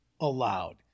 allowed